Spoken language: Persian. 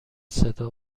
صدا